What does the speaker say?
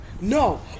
No